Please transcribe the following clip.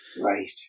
Right